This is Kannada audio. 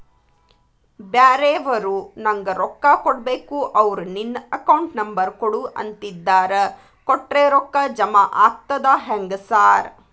ಬ್ಯಾರೆವರು ನಂಗ್ ರೊಕ್ಕಾ ಕೊಡ್ಬೇಕು ಅವ್ರು ನಿನ್ ಅಕೌಂಟ್ ನಂಬರ್ ಕೊಡು ಅಂತಿದ್ದಾರ ಕೊಟ್ರೆ ರೊಕ್ಕ ಜಮಾ ಆಗ್ತದಾ ಹೆಂಗ್ ಸಾರ್?